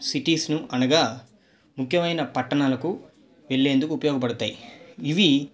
సిటీస్ను అనగా ముఖ్యమైన పట్టణాలకు వెళ్లేందుకు ఉపయోగపడతాయి ఇవి